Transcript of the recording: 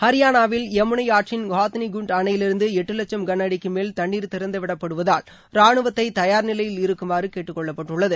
ஹரியானாவில் யமுனை ஆற்றின் ஹாத்தினி குள்ட் அணையிலிருந்து எட்டு வட்சம் களஅடிக்கு மேல் தண்ணிர் திறந்து விடப்படுவதால் ராணுவத்தை தயார் நிலையில் இருக்குமாறு கேட்டுக்கொள்ளப்பட்டுள்ளது